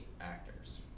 actors